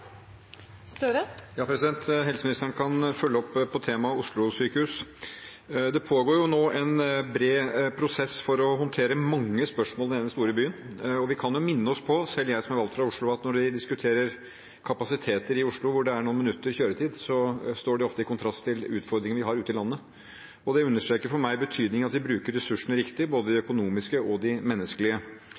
Helseministeren kan følge opp på temaet Oslo-sykehus. Det pågår nå en bred prosess for å håndtere mange spørsmål i denne store byen. Vi kan jo minne oss på – selv meg som er valgt fra Oslo – at når vi diskuterer kapasiteter i Oslo, hvor det er noen minutters kjøretid, står det ofte i kontrast til utfordringene vi har ute i landet. Det understreker for meg betydningen av at vi bruker ressursene riktig, både de økonomiske og de menneskelige.